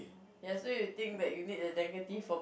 ya so you think that you need the negative for